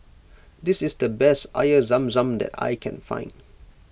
this is the best Air Zam Zam that I can find